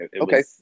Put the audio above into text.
Okay